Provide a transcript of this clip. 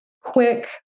quick